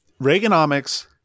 Reaganomics